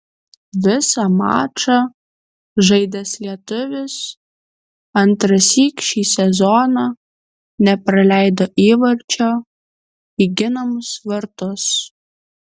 visą mačą žaidęs lietuvis antrąsyk šį sezoną nepraleido įvarčio į ginamus vartus